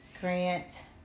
Grant